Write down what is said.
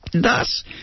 thus